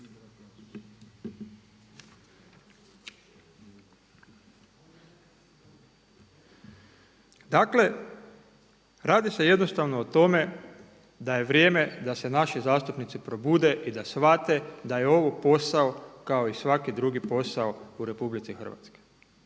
Dakle, radi se jednostavno o tome da je vrijeme da se naši zastupnici probude i da shvate da je ovo posao kao i svaki drugi posao u Republici Hrvatskoj.